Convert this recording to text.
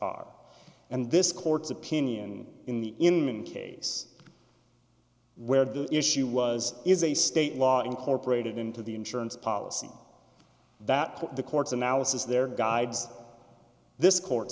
are and this court's opinion in the inman case where the issue was is a state law incorporated into the insurance policy that the courts analysis there guides this cour